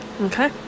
Okay